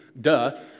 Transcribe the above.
duh